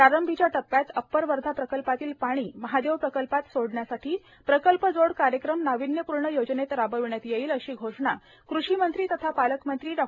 प्रारंभीच्या टप्प्यात अप्पर वर्धा प्रकल्पातील पाणी महादेव प्रकल्पात सोडण्यासाठी प्रकल्प जोड कार्यक्रम नाविन्यपूर्ण योजनेत राबविण्यात येईल अशी घोषणा कृषी मंत्री तथा पालकमंत्री डॉ